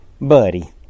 Buddy